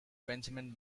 benjamin